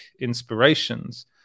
inspirations